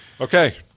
Okay